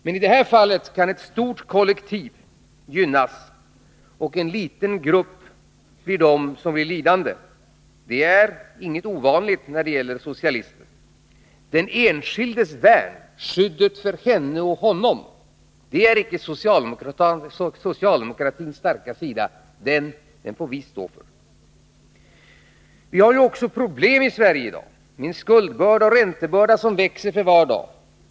Men i det här fallet skall ett stort kollektiv gynnas, medan en liten grupp blir lidande. Det är ingenting ovanligt när det gäller socialister. Den enskildes värn — skyddet för henne och honom — är icke socialdemokraternas starka sida. Det får vi stå för. Vi har också problem i Sverige i dag, med en skuldbörda och räntebörda som växer för var dag.